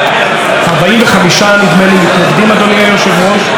45 מתנגדים, נדמה לי, אדוני היושב-ראש.